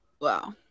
wow